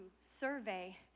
survey